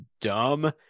dumb